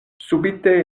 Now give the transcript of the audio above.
subite